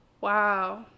Wow